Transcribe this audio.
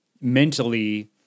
mentally